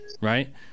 right